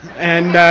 and